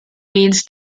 means